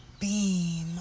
beam